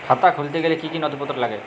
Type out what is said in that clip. খাতা খুলতে গেলে কি কি নথিপত্র লাগে?